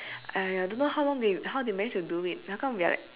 !aiya! don't know how long how they manage to do it how come we are like